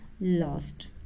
lost